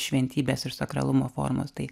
šventybės ir sakralumo formos tai